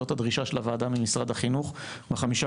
זאת הדרישה של הוועדה ממשרד החינוך ב-15